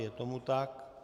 Je tomu tak.